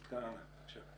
חבר הכנסת כהנא, בבקשה.